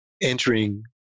entering